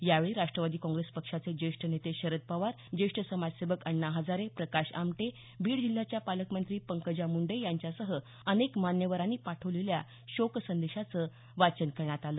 यावेळी राष्ट्रवादी काँप्रेस पक्षाचे जेष्ठ नेते शरद पवार जेष्ठ समाजसेवक अण्णा हजारे प्रकाश आमटे बीड जिल्ह्याच्या पालकमंत्री पंकजा मुंडे यांच्यासह अनेक मान्यवरांनीही पाठवलेल्या शोक संदेशाचं वाचन करण्यात आलं